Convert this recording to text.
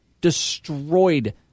destroyed